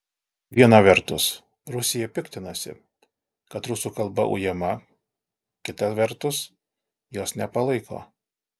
viena vertus rusija piktinasi kad rusų kalba ujama kita vertus jos nepalaiko